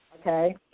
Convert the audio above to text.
okay